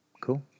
Cool